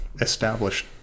established